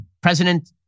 president